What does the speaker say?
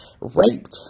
raped